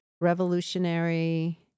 revolutionary